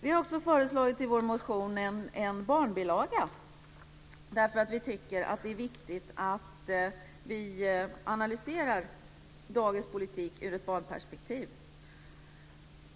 Vi har också i vår motion föreslagit en barnbilaga, därför att vi tycker att det är viktigt att analysera dagens politik ur ett barnperspektiv.